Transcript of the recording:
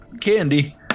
candy